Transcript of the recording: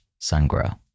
sungrow